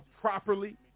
properly